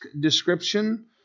description